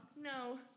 No